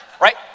right